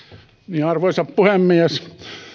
hyvä arvoisa puhemies